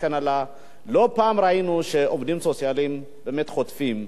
לא פעם ראינו שעובדים סוציאליים חוטפים,